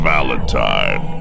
Valentine